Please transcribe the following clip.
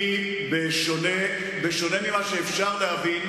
בשונה ממה שאפשר להבין